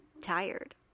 tired